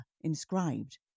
inscribed